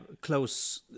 close